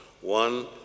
One